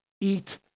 eat